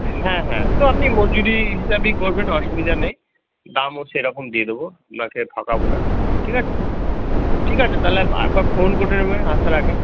হ্যাঁ হ্যাঁ তো আপনি মজুরি হিসাবেই করবেন অসুবিধা নেই দামও সেরকম দিয়ে দেব আপনাকে ঠকাবো না ঠিক আছে ঠিক আছে তাহলে আরেকবার ফোন করে নেবেন আসার আগে